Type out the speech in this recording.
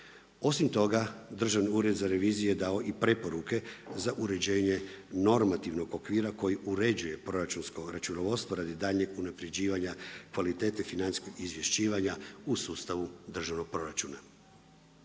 Osim toga, Državni ured za reviziju je dao i preporuke za uređenje normativnog okvira koji uređuje proračunsko računovodstvo radi daljnjeg unapređivanja kvalitete financijskog izvješćivanja u sustavu državnog proračuna.